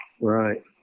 Right